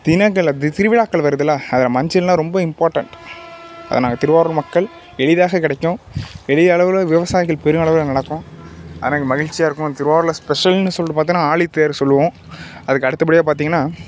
தினங்கள் அப்படி திருவிழாக்கள் வருதில்ல அதில் மஞ்சள்னால் ரொம்ப இம்பார்டண்ட் அதை நாங்கள் திருவாரூர் மக்கள் எளிதாக கிடைக்கும் பெரிய அளவில் விவசாயிகள் பெரும் அளவில் நடக்கும் ஆனால் இங்கே மகிழ்ச்சியாக இருக்கும் திருவாரூரில் ஸ்பெஷல்னு சொல்லிட்டு பார்த்தோன்னா ஆழித்தேர் சொல்லுவோம் அதுக்கு அடுத்தப்படியாக பார்த்திங்கனா